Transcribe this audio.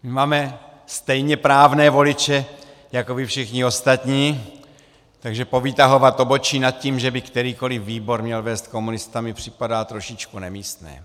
My máme stejněprávné voliče jako vy všichni ostatní, takže povytahovat obočí nad tím, že by kterýkoli výbor měl vést komunista, mi připadá trošičku nemístné.